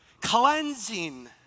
cleansing